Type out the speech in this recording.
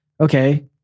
okay